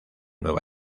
nueva